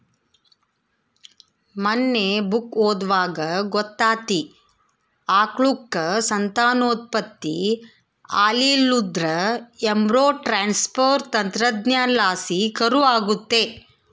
ಮನ್ನೆ ಬುಕ್ಕ ಓದ್ವಾಗ ಗೊತ್ತಾತಿ, ಆಕಳುಕ್ಕ ಸಂತಾನೋತ್ಪತ್ತಿ ಆಲಿಲ್ಲುದ್ರ ಎಂಬ್ರೋ ಟ್ರಾನ್ಸ್ಪರ್ ತಂತ್ರಜ್ಞಾನಲಾಸಿ ಕರು ಆಗತ್ತೆ